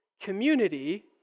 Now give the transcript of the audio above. Community